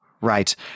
right